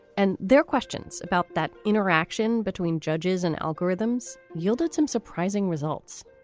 and their questions about that interaction between judges and algorithms yielded some surprising results